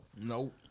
Nope